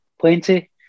plenty